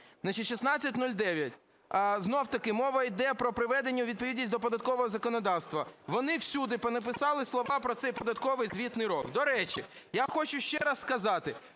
Значить, 1609. Знову ж таки мова йде про приведення у відповідність до податкового законодавства, вони всюди понаписували слова про цей податковий звітний рік. До речі, я хочу ще раз сказати